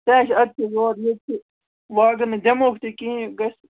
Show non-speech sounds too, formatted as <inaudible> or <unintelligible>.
تہِ ہا چھِ اَدٕ کیٛاہ یورٕ ییٚتہِ <unintelligible> وۄنۍ اگر نہٕ دِموکھ تہِ کِہیٖنۍ گژھِ